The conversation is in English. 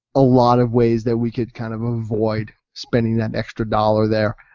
a lot of ways that we could kind of avoid spending that extra dollar there.